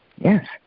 Yes